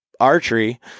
archery